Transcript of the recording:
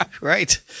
Right